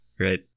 right